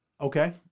Okay